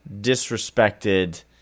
disrespected